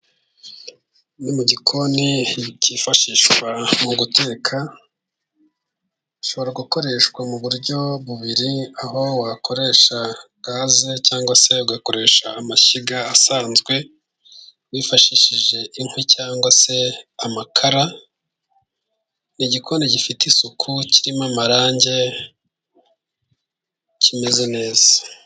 Ni mu gikoni cyifashishwa mu guteka, gishobora gukoreshwa mu buryo bubiri aho wakoresha gaze cyangwa se ugakoresha amashyiga asanzwe ,wifashishije inkwi cyangwa se amakara ,ni igikoni gifite isuku kirimo amarange kimeze neza.